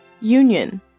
Union